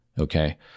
Okay